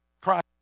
Christ